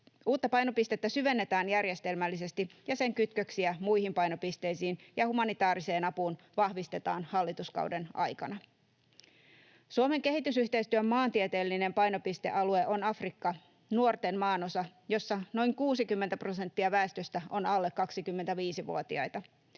Uutta painopistettä syvennetään järjestelmällisesti ja sen kytköksiä muihin painopisteisiin ja humanitääriseen apuun vahvistetaan hallituskauden aikana. Suomen kehitysyhteistyön maantieteellinen painopistealue on Afrikka, nuorten maanosa, jossa noin 60 prosenttia väestöstä on alle 25-vuotiaita.